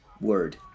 word